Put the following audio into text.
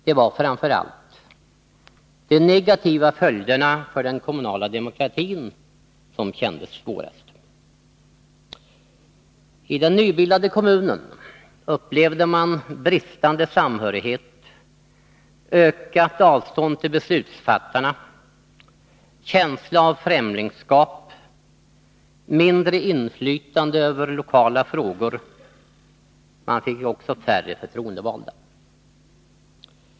Det var framför allt de negativa följderna för den kommunala demokratin som kändes svårast. Iden nybildade kommunen upplevde man brist på samhörighet, en ökning av avståndet till beslutsfattarna, en känsla av främlingskap och mindre inflytande över lokala frågor — man fick ju också färre förtroendevalda.